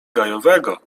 gajowego